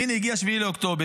והינה, הגיע 7 באוקטובר,